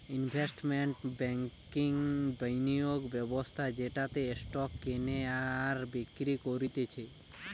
investment ব্যাংকিংবিনিয়োগ ব্যবস্থা যেটাতে স্টক কেনে আর বিক্রি করতিছে